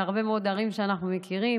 מהרבה מאוד ערים שאנחנו מכירים.